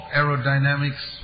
aerodynamics